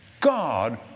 God